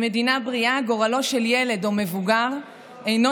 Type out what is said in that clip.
במדינה בריאה גורלו של ילד או מבוגר אינו